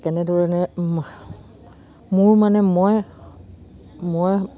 কেনেধৰণে মোৰ মানে মই মই